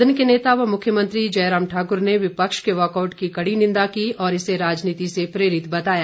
सदन के नेता व मुख्यमंत्री जयराम ठाकुर ने विपक्ष के वाकआउट की कड़ी निंदा की और इसे राजनीति से प्रेरित बताया